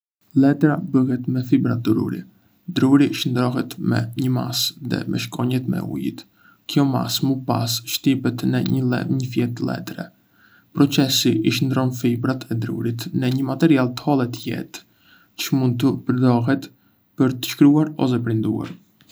Letra bëhet me fibra druri. Druri shndërrohet në një masë dhe mëshkonjet me ujë. Kjo masë më pas shtypet në një fletë të hollë, thahet dhe ngjeshet për të marrë një fletë letre. Procesi i shndërron fibrat e drurit në një material të hollë dhe të lehtë që mund të përdoret për të shkruar ose printuar.